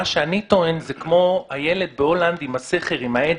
זה כמו הילד בהולנד עם הסכר והאצבע.